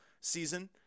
season